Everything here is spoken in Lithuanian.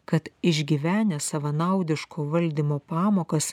kad išgyvenę savanaudiško valdymo pamokas